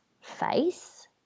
face